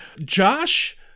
Josh